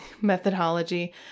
methodology